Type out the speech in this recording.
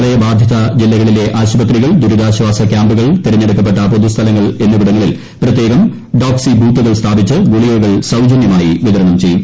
പ്രളയബാധിത ജില്ലകളിലെ ആശുപത്രികൾ ദുരിതാശ്ചാസ ക്യാമ്പുകൾ തിരഞ്ഞെടുക്കപ്പെട്ട പൊത്തുസ്ഥലങ്ങൾ എന്നിവിടങ്ങളിൽ പ്രത്യേകം ഡോക്സി ബൂത്തുകൾ സ്ഥാപിച്ച് ഗുളികകൾ സൌജന്യമായി വിതരണം ചെയ്യും